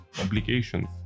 applications